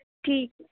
ਠੀਕ